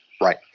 Right